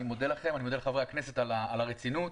אני מודה לחברי הכנסת על הרצינות.